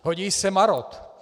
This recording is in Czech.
Hodí se marod.